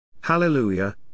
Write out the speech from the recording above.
Hallelujah